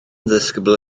ddisgybl